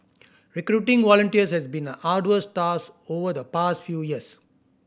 recruiting volunteers has been an arduous task over the past few years